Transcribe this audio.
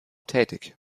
tätig